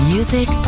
Music